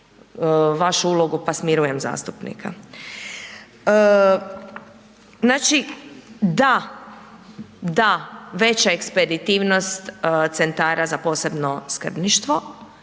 vašu ulogu pa smirujem zastupnika. Znači da, da, veća ekspeditivnost centara za posebno skrbništvo,